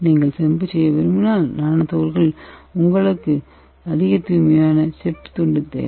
நீங்கள் செம்பு செய்ய விரும்பினால் நானோ துகள்கள் உங்களுக்கு அதிக தூய்மையான செப்பு துண்டு தேவை